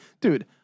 dude